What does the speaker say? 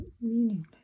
meaningless